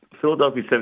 Philadelphia